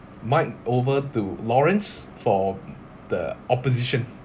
mic over to lawrence for the opposition